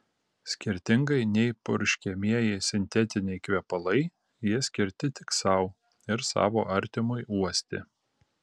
skirtingai nei purškiamieji sintetiniai kvepalai jie skirti tik sau ir savo artimui uosti